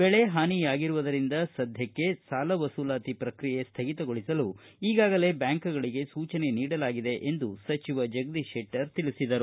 ಬೆಳೆಹಾನಿಯಾಗಿರುವುದರಿಂದ ಸದ್ಯಕ್ಷೆ ಸಾಲ ವಸೂಲಾತಿ ಪ್ರಕ್ರಿಯೆ ಸ್ಥಗಿತಗೊಳಿಸಲು ಈಗಾಗಲೇ ಬ್ಬಾಂಕುಗಳಿಗೆ ಸೂಚನೆ ನೀಡಲಾಗಿದೆ ಎಂದು ಸಚಿವ ಜಗದೀಶ್ ಶೆಟ್ಟರ್ ತಿಳಿಸಿದರು